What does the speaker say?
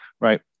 Right